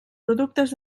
productes